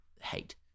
hate